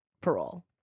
parole